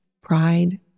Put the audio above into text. pride